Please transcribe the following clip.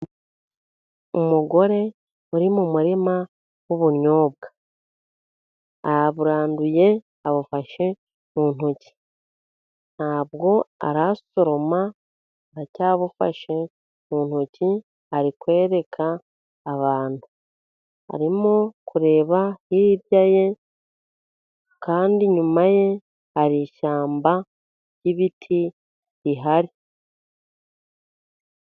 Umugore uri mu murima w'ubunyobwa. Araburanduye abufashe mu ntoki. Nta bwo arasoroma, aracyabufashe mu ntoki. ari kwereka abantu. Arimo kureba hirya ye kandi inyuma ye hari ishyamba ry'ibiti rihari.